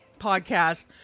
podcast